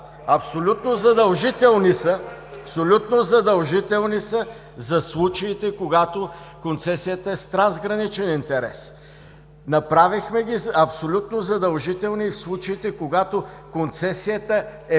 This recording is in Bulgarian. абсолютно задължителни за случаите, когато концесията е с трансграничен интерес. Направихме ги абсолютно задължителни в случаите, когато концесията е